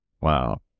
wow